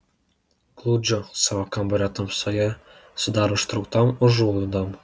glūdžiu savo kambario tamsoje su dar užtrauktom užuolaidom